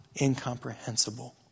incomprehensible